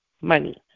money